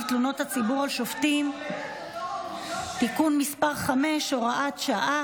תלונות הציבור על שופטים (תיקון מס' 5) (הוראת שעה),